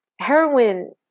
heroin